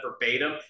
verbatim